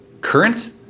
current